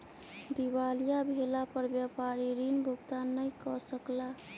दिवालिया भेला पर व्यापारी ऋण भुगतान नै कय सकला